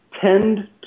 tend